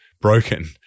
broken